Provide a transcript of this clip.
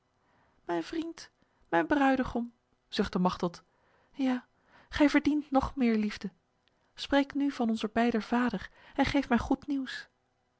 mijn vriend mijn bruidegom zuchtte machteld ja gij verdient nog meer liefde spreek nu van onzer beider vader en geef mij goed nieuws